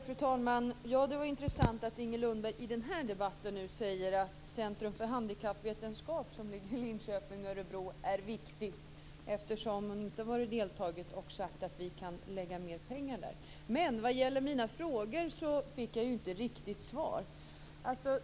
Fru talman! Det var intressant att Inger Lundberg i den här debatten säger att Centrum för handikappvetenskap, som ligger i Linköping och Örebro, är viktigt, eftersom hon inte har deltagit och sagt att vi kan lägga mer pengar där. Jag fick inte riktigt svar på mina frågor.